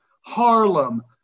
Harlem